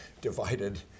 divided